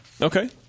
Okay